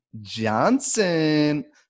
Johnson